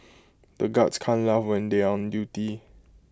the guards can't laugh when they are on duty